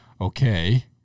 okay